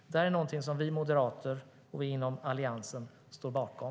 Det är någonting som vi moderater och vi inom Alliansen står bakom.